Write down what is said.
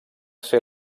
ser